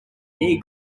near